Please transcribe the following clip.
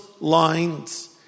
lines